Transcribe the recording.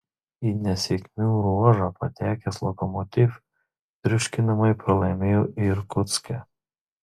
į nesėkmių ruožą patekęs lokomotiv triuškinamai pralaimėjo irkutske